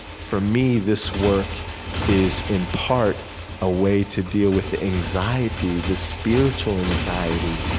for me, this work is in part a way to deal with the anxiety, the spiritual anxiety,